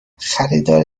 خریدار